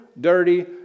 dirty